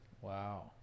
Wow